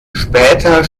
später